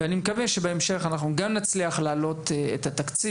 אני מקווה שבהמשך אנחנו גם נצליח להעלות את התקציב